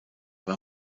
war